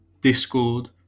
discord